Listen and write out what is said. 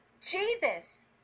Jesus